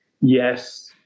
Yes